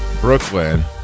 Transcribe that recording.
Brooklyn